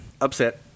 Upset